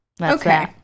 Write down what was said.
Okay